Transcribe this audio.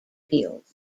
fields